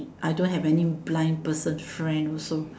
I don't have any blind person friend also